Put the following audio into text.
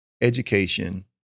education